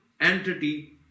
entity